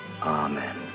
Amen